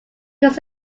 was